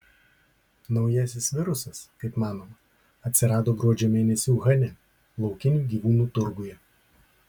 naujasis virusas kaip manoma atsirado gruodžio mėnesį uhane laukinių gyvūnų turguje